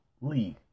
league